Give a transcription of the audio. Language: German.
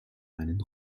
einen